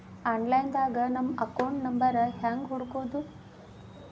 Online ದಾಗ ನಮ್ಮ account number ಹೆಂಗ್ ಹುಡ್ಕೊದು?